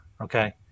okay